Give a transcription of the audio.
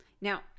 Now